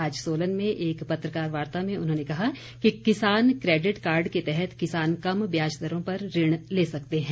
आज सोलन में एक पत्रकारवार्ता में उन्होंने कहा कि किसान क्रेडिट कार्ड के तहत किसान कम ब्याज दरों पर ऋण ले सकते हैं